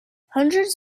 hundreds